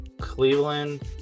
Cleveland